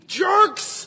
jerks